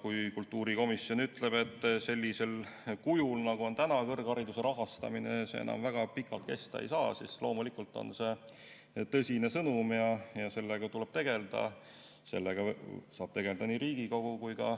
Kui kultuurikomisjon ütleb, et sellisel kujul, nagu kõrghariduse rahastamine täna on, see enam väga pikalt kesta ei saa, siis loomulikult on see tõsine sõnum ja sellega tuleb tegelda. Sellega saab tegeleda nii Riigikogu kui ka